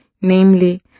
namely